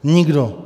Nikdo.